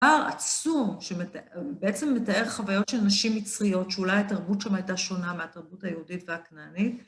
הר עצום, שבעצם מתאר חוויות של נשים מצריות, שאולי התרבות שם הייתה שונה מהתרבות היהודית והכנענית.